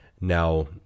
Now